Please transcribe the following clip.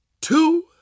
two